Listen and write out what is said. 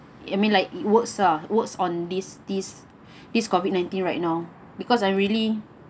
I mean like works lah works on this this this COVID nineteen right now because I'm really